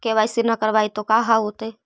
KYC न करवाई तो का हाओतै?